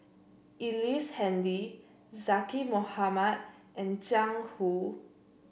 Ellice Handy Zaqy Mohamad and Jiang Hu